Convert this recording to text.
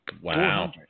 Wow